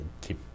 keep